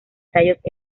tallos